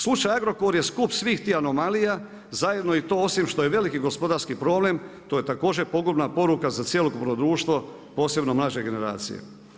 Slučaj Agrokor je skup svih tih anomalija zajedno i to osim što je veliki gospodarski problem to je također pogubna poruka za cjelokupno društvo posebno mlađe generacije.